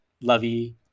lovey